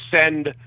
send